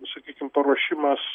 sakykim paruošimas